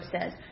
says